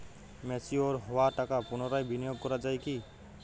Mature হওয়া টাকা পুনরায় বিনিয়োগ করা য়ায় কি?